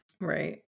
Right